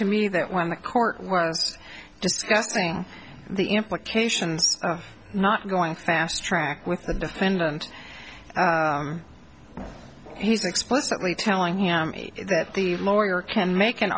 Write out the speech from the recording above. to me that when the court was disgusting the implications of not going fast track with the defendant he's explicitly telling him that the lawyer can make an